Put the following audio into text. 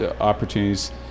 opportunities